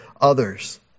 others